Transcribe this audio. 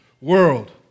world